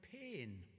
pain